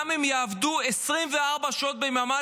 גם אם יעבדו 24 שעות ביממה,